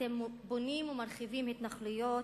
אתם בונים ומרחיבים התנחלויות,